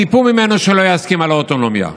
ציפו ממנו שלא יסכים לאוטונומיה.